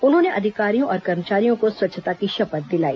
उन्होंने अधिकारियों और कर्मचारियों को स्वच्छता की शपथ दिलाई